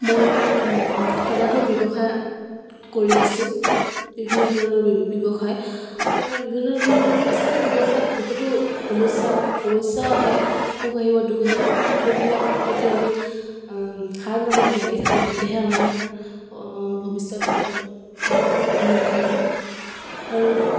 মই কেইবাটাও ব্যৱসায় কৰি আছোঁ বিভিন্ন ধৰণৰ ব্যৱসায় আৰু বিভিন্ন ধৰণৰ আচলতে ব্যৱসায়ত বহুতো সমস্যা সমস্যা আহে সুখ আহিব দুখ আহিব সেইবিলাক যদি আমি হাৰ নামানি লাগি থাকোঁ তেতিয়াহে আমাৰ অঁ ভৱিষ্যত হ'ব ভৱিষ্যতত উন্নতি হ'ব আৰু